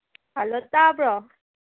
hello ꯇꯥꯕ꯭ꯔꯣ